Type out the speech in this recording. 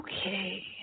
Okay